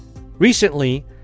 Recently